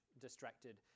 distracted